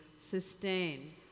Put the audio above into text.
sustain